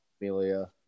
Amelia